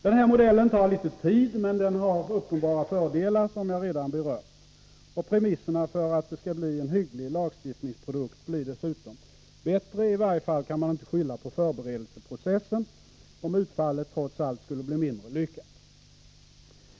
Den här modellen tar litet tid, men den har uppenbara fördelar, som jag redan berört. Premisserna för att det skall bli en hygglig lagstiftningsprodukt blir dessutom bättre. I varje fall kan man inte skylla på förberedelseprocessen om utfallet trots allt skulle bli mindre lyckat.